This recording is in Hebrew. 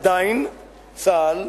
עדיין צה"ל,